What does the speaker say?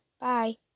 bye